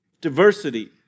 diversity